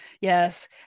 yes